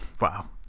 wow